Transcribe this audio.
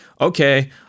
okay